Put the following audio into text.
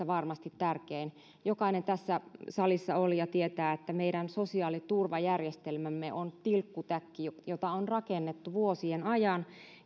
varmasti tärkein jokainen tässä salissa olija tietää että meidän sosiaaliturvajärjestelmämme on tilkkutäkki jota on rakennettu vuosien ajan